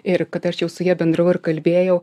ir kad aš jau su ja bendravau ir kalbėjau